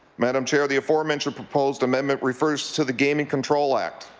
madam chair, the aforementioned proposed amendment refers to the gaming control act.